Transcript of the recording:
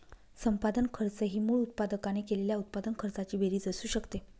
संपादन खर्च ही मूळ उत्पादकाने केलेल्या उत्पादन खर्चाची बेरीज असू शकते